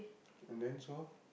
and then so